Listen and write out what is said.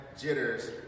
jitters